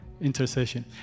intercession